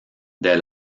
dès